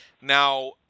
Now